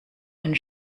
and